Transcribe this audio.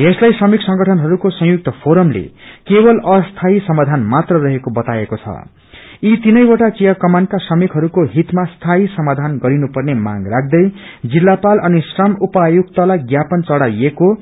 यसलाई श्रमिक संगठनहरूको संयुक्त फोरमले केवल अस्थायी समाधान मात्र रहेको अनि यी तीनैवटा चियाकमानका श्रमिकहरूको हितमा स्थाी समाबान गरिनुपर्ने मांग राख्दै जिल्लापाल अनि श्रम उपायुक्तलाई ज्ञापन चढ़ाइएको